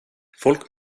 folk